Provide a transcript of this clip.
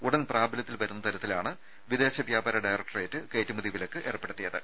ഉടൻ പ്രാബല്യത്തിൽ വരുന്ന തരത്തിലാണ് വിദേശ വ്യാപാര ഡയറക്ടറേറ്റ് കയറ്റുമതി വിലക്ക് ഏർപ്പെടുത്തിയത്